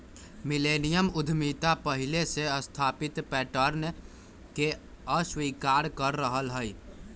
millennium उद्यमिता पहिले से स्थापित पैटर्न के अस्वीकार कर रहल हइ